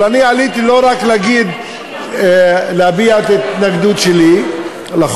אבל אני עליתי לא רק להביע את ההתנגדות שלי לחוק,